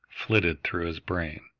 flitted through his brain.